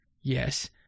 Yes